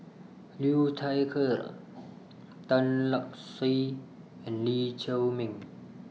Liu Thai Ker Tan Lark Sye and Lee Chiaw Meng